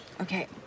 Okay